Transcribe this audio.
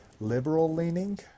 liberal-leaning